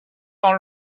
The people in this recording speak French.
dans